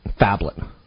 phablet